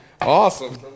Awesome